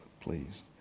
please